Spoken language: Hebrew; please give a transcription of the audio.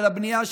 של הבנייה,